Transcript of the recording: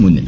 മുന്നിൽ